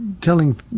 telling